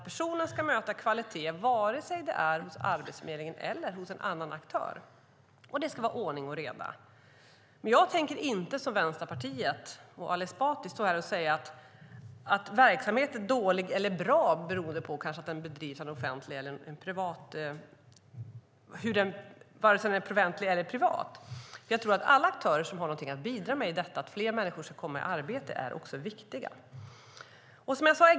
Personen ska möta kvalitet, vare sig det är hos Arbetsförmedlingen eller hos en annan aktör, och det ska vara ordning och reda. Jag tänker inte, som Vänsterpartiet och Ali Esbati, stå här och säga att verksamhet är dålig eller bra beroende på om den är offentlig eller privat. Jag tror att alla aktörer som har något att bidra med i detta att flera människor ska komma i arbete är viktiga.